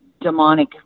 demonic